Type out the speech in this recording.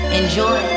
enjoy